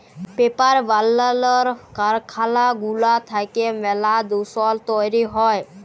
paper বালালর কারখালা গুলা থ্যাইকে ম্যালা দুষল তৈরি হ্যয়